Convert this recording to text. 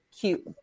cute